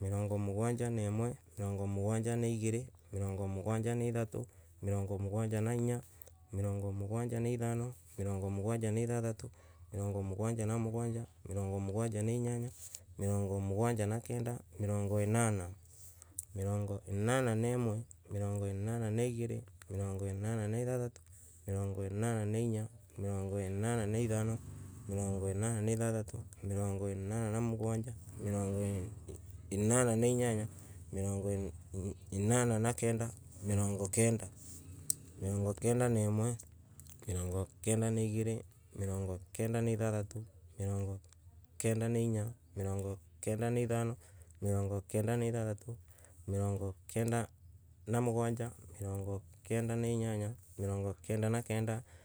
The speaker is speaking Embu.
Mirongo mugwanja na imwe. mirongo mugwanja na igiiri mirongo mugwanja na ithatu mirongo mugwanja na inya mirongo mugwanja na ithano mirongo mugwanja na ithathatu mirongo mugwanja na mugwanja mirongo mugwanja na inyanya mirongo inana na igiri mirongo inana na ithatu mirongo inana na inya mirongo inana na ithano mirongo inana na ithathatu mirongo inana na mugwanja mirongo inana na inyanya mirongo inana na kenda. mirongo kenda. Mirongo kenda na imwe. mirongo kenda naigiiri mirongo kenda na uthatu mirongo kenda na inyamirongo kenda na ithano mirongo kenda na ithathatu mirongo kenda na mugwanja mirongo kenda na inyanya. mirongo kenda na kenda.